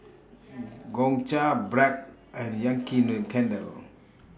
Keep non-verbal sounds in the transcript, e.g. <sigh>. <noise> Gongcha Bragg and Yankee Candle